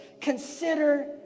consider